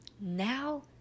Now